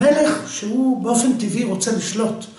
‫מלך שהוא באופן טבעי רוצה לשלוט.